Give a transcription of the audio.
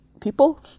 people